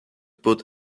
put